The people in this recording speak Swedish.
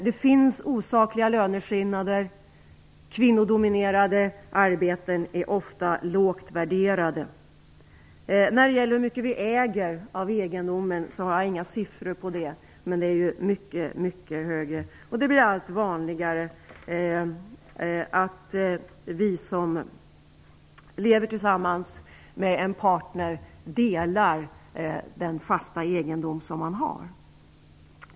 Det finns osakliga löneskillnader. Kvinnodominerade arbeten är ofta lågt värderade. När det gäller hur mycket vi äger av egendomen har jag inga siffror, men det är mycket mer än vad det är globalt. Det blir allt vanligare att de som lever tillsammans delar den fasta egendom som man har.